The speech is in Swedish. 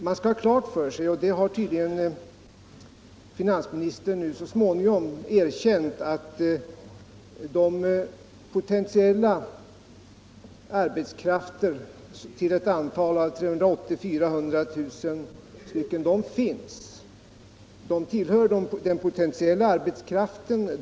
Man skall ha klart för sig — vilket finansministern nu så småningom erkänt — att det finns en potentiell arbetskraft till ett antal av 380 000-400 000 personer.